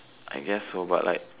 I guess so but like